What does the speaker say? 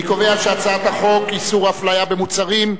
אני קובע שהצעת חוק איסור הפליה במוצרים,